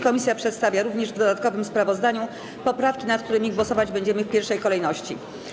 Komisja przedstawia również w dodatkowym sprawozdaniu poprawki, nad którymi głosować będziemy w pierwszej kolejności.